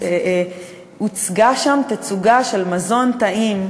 הוצגה שם תצוגה של מזון טעים,